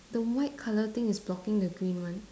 the white colour thing is blocking the green one